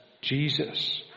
Jesus